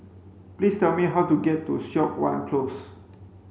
please tell me how to get to Siok Wan Close